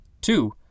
Two